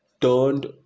turned